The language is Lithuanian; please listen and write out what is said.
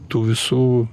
tų visų